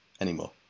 anymore